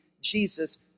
Jesus